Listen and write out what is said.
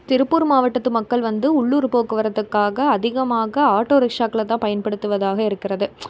திருப்பூர் மாவட்டத்து மக்கள் வந்து உள்ளூர் போக்குவரத்துக்காக அதிகமாக ஆட்டோ ரிக்ஷாக்களை தான் பயன்படுத்துவதாக இருக்கிறது